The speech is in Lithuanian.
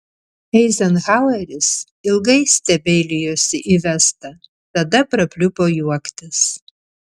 eizenhaueris ilgai stebeilijosi į vestą tada prapliupo juoktis